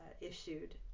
issued